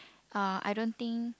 uh I don't think